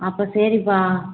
அப்போ சரிப்பா